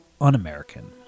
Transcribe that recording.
un-American